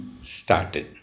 started